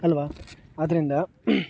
ಅಲ್ವ ಆದ್ದರಿಂದ